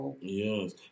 yes